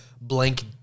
blank